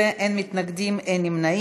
בעד, 14, אין מתנגדים, אין נמנעים.